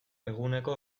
eguneko